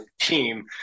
team